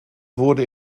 wurde